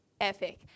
epic